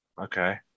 Okay